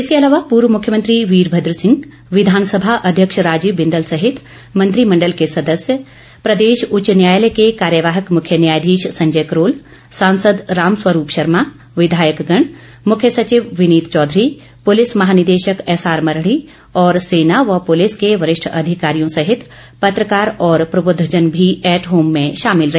इसके अलावा पूर्व मुख्यमंत्री वीरभद्र सिंह विधानसभा अध्यक्ष राजीव बिंदल सहित मंत्रिमंडल के सदस्य प्रदेश उच्च न्यायालय के कार्यवाहक मुख्य न्यायाधीश संजय करोल सांसद राम स्वरूप शर्मा विधायकगण मुख्य सचिव विनीत चौधरी पुलिस महानिदेशक एसआर मरढ़ी और सेना व पुलिस के वरिष्ठ अधिकारियों सहित पत्रकार और प्रबुद्धजन भी ऐट होम में शामिल रहे